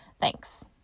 Thanks